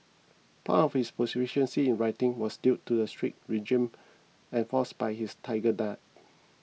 part of his proficiency in writing was due to the strict regime enforced by his tiger dad